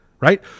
Right